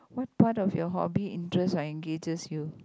what part of your hobby interest are engages you